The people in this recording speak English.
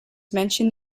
mentioned